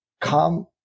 come